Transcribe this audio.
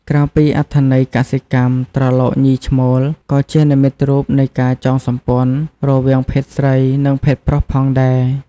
ក្រៅពីអត្ថន័យកសិកម្ម ត្រឡោកញីឈ្មោល ក៏ជានិមិត្តរូបនៃការចងសម្ព័ន្ធរវាងភេទស្រី និងភេទប្រុសផងដែរ។